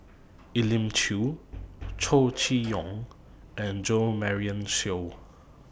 Elim Chew Chow Chee Yong and Jo Marion Seow